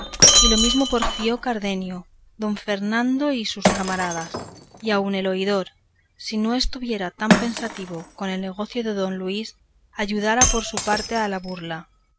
y lo mismo confirmó cardenio don fernando y sus camaradas y aun el oidor si no estuviera tan pensativo con el negocio de don luis ayudara por su parte a la burla